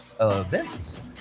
events